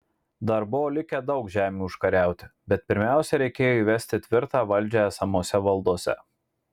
dar buvo likę daug žemių užkariauti bet pirmiausia reikėjo įvesti tvirtą valdžią esamose valdose